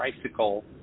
tricycle